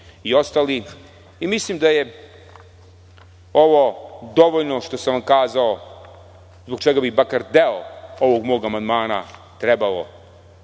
i ostali i mislim da je ovo dovoljno što sam vam ukazao zbog čega bi makar deo ovog mog amandmana trebalo